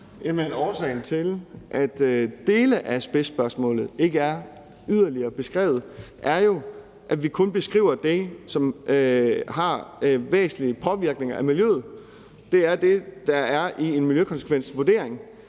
årsagen til, at dele af asbestspørgsmålet ikke er yderligere beskrevet, er jo, at vi kun beskriver det, som har væsentlig påvirkning på miljøet. Det er det, der er i en miljøkonsekvensvurdering.